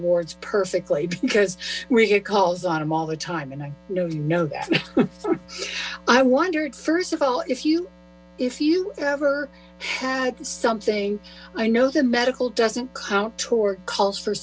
wards perfectly because we get calls on them all the time and i know you know that i wondered first of all if you if you ever had something i know the medical doesn't count tour calls for